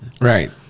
Right